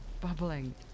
Bubbling